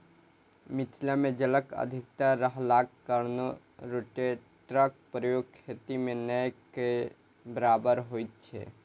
मिथिला मे जलक अधिकता रहलाक कारणेँ रोटेटरक प्रयोग खेती मे नै के बराबर होइत छै